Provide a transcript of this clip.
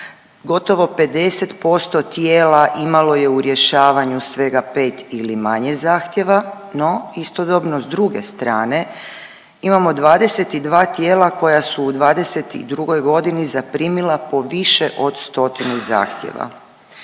gotovo 50% tijela imalo je u rješavanju svega 5 ili manje zahtjeva no istodobno s druge strane imamo 22 tijela koja su u '22. godini zaprimila po više od stotinu zahtjeva.